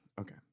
Okay